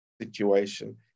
situation